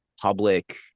public